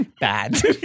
bad